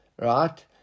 right